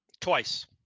Twice